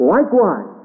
Likewise